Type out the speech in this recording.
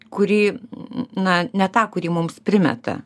kurį na ne tą kurį mums primeta